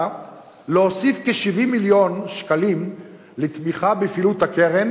להוסיף כ-70 מיליון שקלים לתמיכה בפעילות הקרן